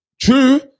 True